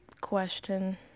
question